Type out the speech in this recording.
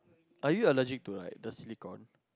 are you allergic to like the silicon